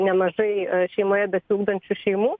nemažai šeimoje besiugdančių šeimų